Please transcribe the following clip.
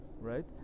right